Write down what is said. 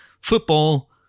Football